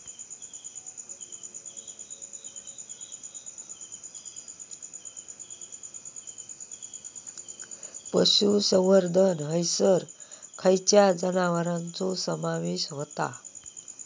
पशुसंवर्धन हैसर खैयच्या जनावरांचो समावेश व्हता?